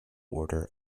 order